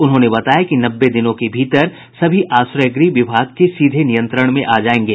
उन्होंने बताया कि नब्बे दिनों के भीतर सभी आश्रय गृह विभाग के सीधे नियंत्रण में जायेंगे